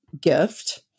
gift